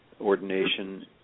ordination